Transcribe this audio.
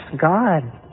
God